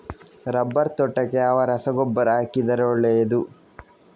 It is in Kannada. ರಬ್ಬರ್ ತೋಟಕ್ಕೆ ಯಾವ ರಸಗೊಬ್ಬರ ಹಾಕಿದರೆ ಒಳ್ಳೆಯದು?